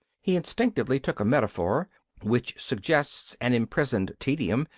he instinctively took a metaphor which suggests an imprisoned tedium.